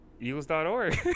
eagles.org